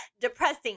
depressing